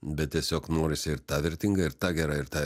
bet tiesiog norisi ir ta vertinga ir ta gera ir ta